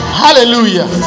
hallelujah